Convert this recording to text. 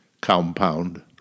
compound